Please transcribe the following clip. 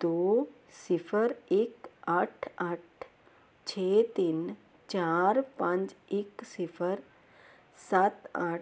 ਦੋ ਸਿਫਰ ਇੱਕ ਅੱਠ ਅੱਠ ਛੇ ਤਿੰਨ ਚਾਰ ਪੰਜ ਇੱਕ ਸਿਫਰ ਸੱਤ ਅੱਠ